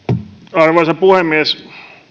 arvoisa puhemies